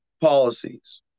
policies